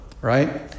right